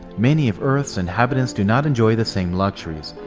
many of earth's inhabitants do not enjoy the same luxuries.